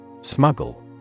Smuggle